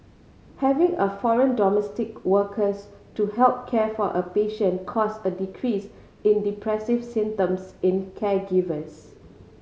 having a foreign domestic workers to help care for a patient caused a decrease in depressive symptoms in caregivers